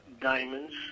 diamonds